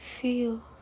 feel